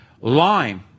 Lime